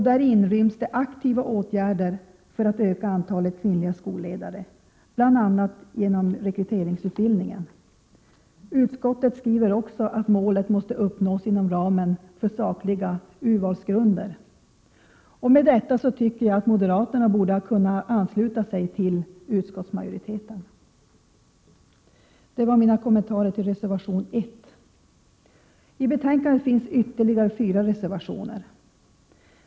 Där inryms det aktiva åtgärder för att öka antalet kvinnliga skolledare, bl.a. genom rekryteringsutbildningen. Utskottet skriver också att målet måste uppnås inom ramen för sakliga urvalsgrunder. Med detta tycker jag att moderaterna borde ha kunnat ansluta sig till utskottsmajoriteten. Det var mina kommentarer till reservation 1. I betänkandet finns ytterligare fyra reservationer.